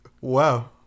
Wow